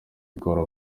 ikora